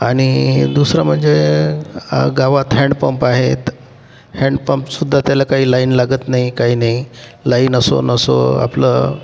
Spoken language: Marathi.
आणि दुसरं म्हणजे गावात हॅन्डपंप आहेत हॅन्डपंपसुद्धा त्याला काही लाईन लागत नाही काही नाही लाईन असो नसो आपलं